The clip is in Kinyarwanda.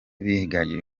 bihagije